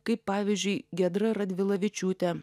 kaip pavyzdžiui giedra radvilavičiūtė